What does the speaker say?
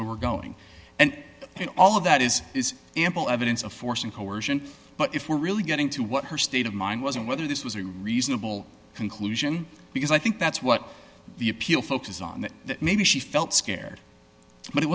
where we're going and all of that is is ample evidence of force and coercion but if we're really getting to what her state of mind was and whether this was a reasonable conclusion because i think that's what the appeal focused on that maybe she felt scared but it